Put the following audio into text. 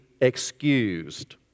excused